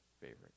favorite